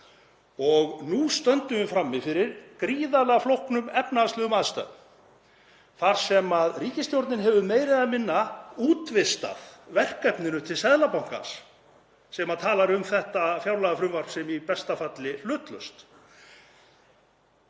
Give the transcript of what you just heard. Nú stöndum við frammi fyrir gríðarlega flóknum efnahagslegum aðstæðum þar sem ríkisstjórnin hefur meira eða minna útvistað verkefninu til Seðlabankans sem talar um þetta fjárlagafrumvarp sem í besta falli hlutlaust.